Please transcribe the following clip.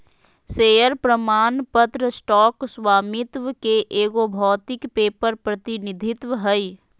share प्रमाण पत्र stock स्वामित्व के एगो भौतिक पेपर प्रतिनिधित्व हइ